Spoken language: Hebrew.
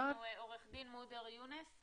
עורך-דין מודר יונס,